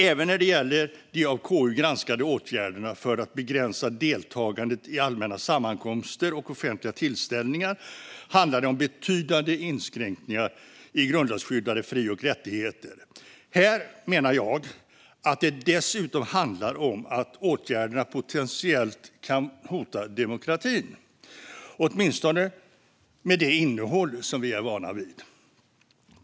Även när det gäller de av KU granskade åtgärderna för att begränsa deltagandet i allmänna sammankomster och offentliga tillställningar handlar det om betydande inskränkningar i grundlagsskyddade fri och rättigheter. Här menar jag att det dessutom handlar om att åtgärderna potentiellt kan hota demokratin - åtminstone med det innehåll som vi är vana vid.